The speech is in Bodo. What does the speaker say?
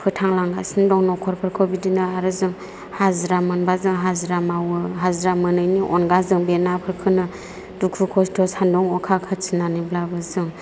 फोथांलांगासिनो दं न'खरफोरखौ बिदिनो आरो जों हाजिरा मोनबा जों हाजिरा मावो हाजिरा मोनैनि अनगा जों बे नाफोरखौनो दुखु खस्त' सानदुं अखा खाथिनानैब्लाबो जों